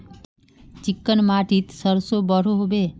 Chicken माटित सरसों बढ़ो होबे?